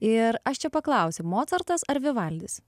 ir aš čia paklausiu mocartas ar vivaldis